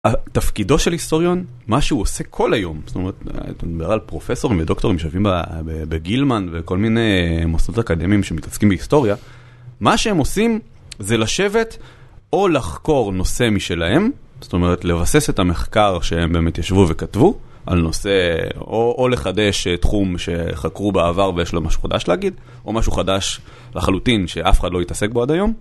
התפקידו של היסטוריון, מה שהוא עושה כל היום, זאת אומרת, אני מדבר על פרופסורים ודוקטורים שיושבים בגילמן וכל מיני מוסדות אקדמיים שמתעסקים בהיסטוריה, מה שהם עושים זה לשבת או לחקור נושא משלהם, זאת אומרת, לבסס את המחקר שהם באמת ישבו וכתבו, על נושא, או לחדש תחום שחקרו בעבר ויש לו משהו חדש להגיד, או משהו חדש לחלוטין שאף אחד לא התעסק בו עד היום.